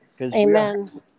Amen